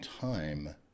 time